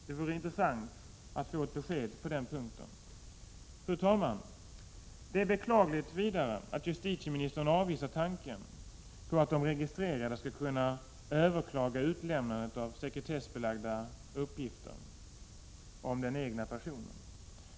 Det vore intressant att få ett besked på den punkten. Fru talman! Det är beklagligt att justitieministern avvisar tanken på att de registrerade skall kunna överklaga utlämnandet av sekretessbelagda uppgif ter om den egna personen.